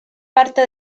parte